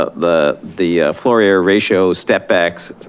the the floor area ratio step backs,